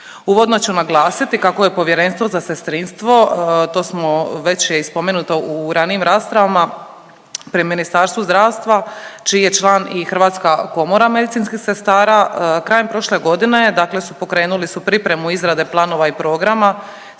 Uvodno ću naglasiti kako je Povjerenstvo za sestrinstvo, to smo već je i spomenuto u ranijim rasprava pri Ministarstvu zdravstva čiji je član i Hrvatska komora medicinskih sestara krajem prošle godine, dakle pokrenuli su pripremu izrade planova i programa